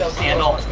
so sandal,